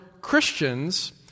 Christians